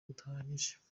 udahagije